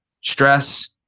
stress